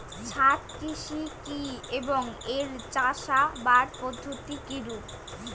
ছাদ কৃষি কী এবং এর চাষাবাদ পদ্ধতি কিরূপ?